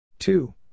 Two